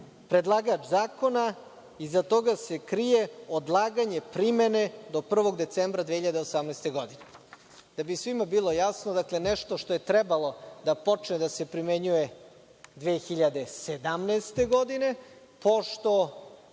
predlagač zakona, iza toga se krije odlaganje primene do 1. decembra 2018. godine. Da bi svima bilo jasno, nešto što je trebalo da počne da se primenjuje 2017. godine, pošto